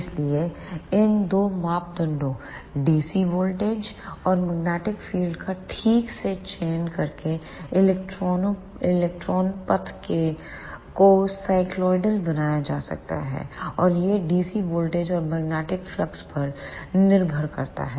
इसलिए इन दो मापदंडों डीसी वोल्टेज और मैग्नेटिक फील्ड का ठीक से चयन करके इलेक्ट्रॉनों पथ को साइक्लॉयडल बनाया जा सकता है और यह DC वोल्टेज और मैग्नेटिक फ्लक्स पर निर्भर करता है